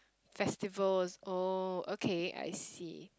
festivals oh okay I see